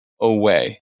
away